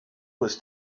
was